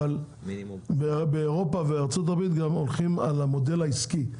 אבל באירופה וארצות הברית הולכים גם על המודל העסקי,